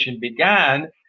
began